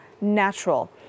natural